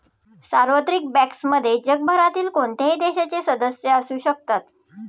सार्वत्रिक बँक्समध्ये जगभरातील कोणत्याही देशाचे सदस्य असू शकतात